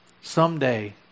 Someday